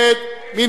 מי נמנע.